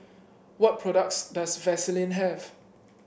what products does Vaselin have